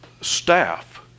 staff